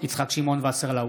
יצחק שמעון וסרלאוף,